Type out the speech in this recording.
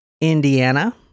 Indiana